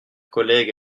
collègues